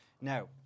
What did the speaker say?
now